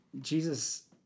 Jesus